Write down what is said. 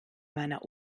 meiner